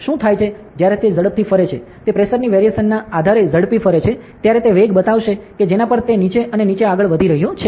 શું થાય છે જ્યારે તે ઝડપથી ફરે છે તે પ્રેશરની વેરીએશન ના આધારે ઝડપી ફરે છે ત્યારે તે વેગ બતાવશે કે જેના પર તે નીચે અને નીચે આગળ વધી રહ્યો છે